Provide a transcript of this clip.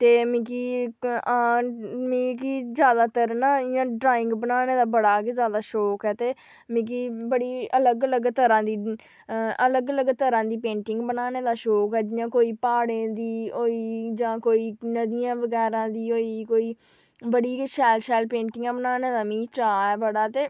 ते मिगी ज्यादातर नां इ'यां ड्राईंग बनाने दा बड़ा शौक ऐ ते मिकी बड़ी अलग अलग तरहां दी पेंटिंग बनाने दा शौक हा जि''यां प्हाड़ें दी होई कोई नदियें बगैरा गी होई कोई बड़ी गै शैल शैल पेंटिंगां बनाने दा बी चाऽ ऐ बड़ा